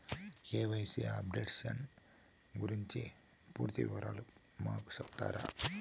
KYC updation గురించి పూర్తి వివరాలు మాకు సెప్తారా?